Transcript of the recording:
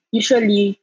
usually